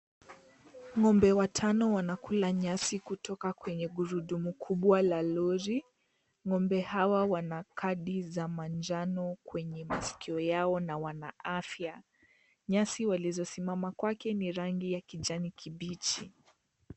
Ng'ombe watano wanakula nyasi kutoka kwenye gurudumu kubwa la lori. Ng'ombe hawa wana kadi za manjano kwenye masikio yao na wana afya, nyasi walizosimama kwake, ni za rangi ya kijani kibichi.